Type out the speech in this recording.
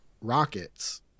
rockets